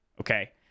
okay